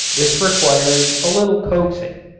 this requires a little coaxing.